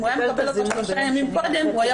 אם הוא היה מקבל אותה שלושה ימים קודם הוא היה